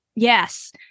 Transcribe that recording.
Yes